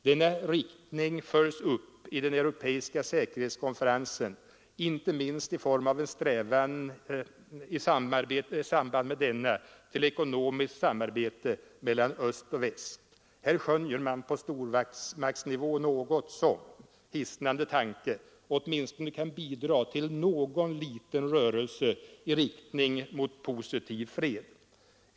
Denna riktning följs upp i den europeiska säkerhetskonferensen inte minst i form av en strävan i samband med denna till ekonomiskt samarbete mellan öst och väst. Här skönjer man på stormaktsnivå något som — hisnande tanke — åtminstone kan bidra till någon liten rörelse i riktning mot positiv fred.